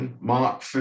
Mark